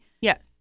Yes